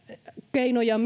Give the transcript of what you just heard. keinoja